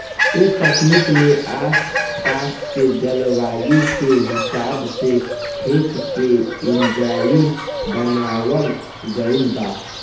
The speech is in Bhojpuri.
ए तकनीक में आस पास के जलवायु के हिसाब से खेत के डिज़ाइन बनावल गइल बा